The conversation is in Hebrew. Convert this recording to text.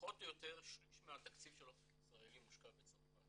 פחות או יותר שליש מהתקציב של אופק ישראלי מושקע בצרפת,